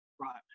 Right